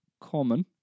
Common